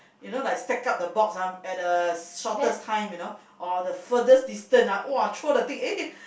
you know like stack up the box ah at the shortest time you know or the furthest distance ah !wah! throw the thing eh